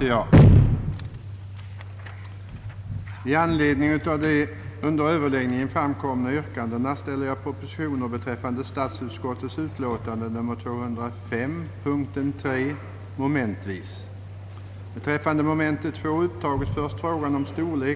Herr talman! Om jag inte missförstod herr Ferdinand Nilsson sade han att jag läste fei ur motionen. Jag läste ord för ord och för säkerhets skull var det fotostatkopian av den motion som herr Ferdinand Nilsson har lämnat i